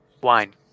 Wine